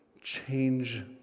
Change